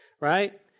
right